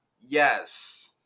yes